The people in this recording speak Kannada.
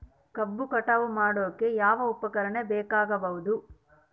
ಕಬ್ಬು ಕಟಾವು ಮಾಡೋಕೆ ಯಾವ ಉಪಕರಣ ಬೇಕಾಗಬಹುದು?